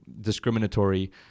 discriminatory